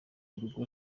urugo